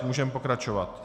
Můžeme pokračovat.